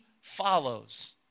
follows